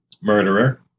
murderer